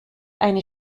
eine